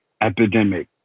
epidemic